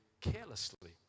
carelessly